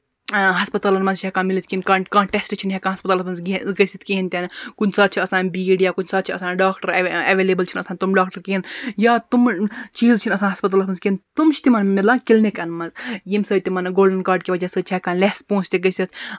ہَسپَتالَن منٛز چھِ ہیٚکان میٖلِتھ کانٛہہ تہِ ٹیٚسٹہٕ چھِنہٕ ہیٚکان ہَسپَتالَس منٛز گٔژھِتھ کِہیٖنٛۍ تہِ نہٕ کُنہِ ساتہٕ چھُ آسان بیٖڈ یا کُنہِ ساتہٕ چھُ آسان ڈاکٹر ایٚویلیبٔل چھِنہٕ آسان تِم ڈاکٹر کِہیٖنٛۍ یا تِمہٕ چیٖز چھِنہٕ آسان ہَسپَتالَس منٛز کِہیٖنٛۍ تِم چھِ تِمَن مطلب کِلنِکَن منٛز ییٚمہِ سۭتۍ تِمن گولڈَن کارڈ کہِ وجہہ سۭتۍ چھِ ہیٚکان لیس پۅنٛسہٕ تہِ گٔژھِتھ